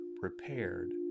prepared